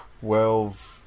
Twelve